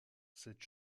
cette